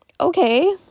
Okay